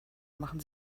machen